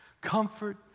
Comfort